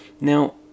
Now